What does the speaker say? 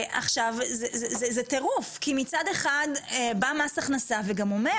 זה טירוף, כי, מצד אחד, בא מס הכנסה וגם אומר